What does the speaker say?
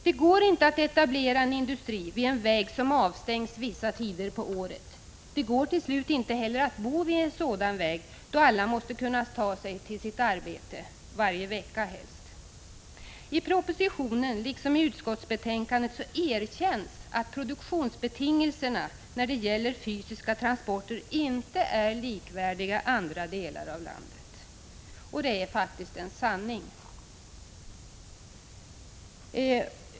Det går inte att etablera en industri vid en väg som avstängs vissa tider på året. Det går till slut inte heller att bo vid en sådan väg, då alla måste kunna ta sig till sitt arbete varje vecka. I propositionen liksom i utskottsbetänkandet erkänns att produktionsbetingelserna när det gäller fysiska transporter inte är likvärdiga med i andra delar av landet, och det är faktiskt sant.